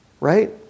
Right